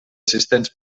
assistents